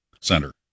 Center